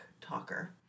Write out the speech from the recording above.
talker